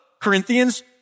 Corinthians